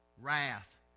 Wrath